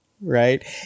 Right